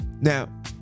Now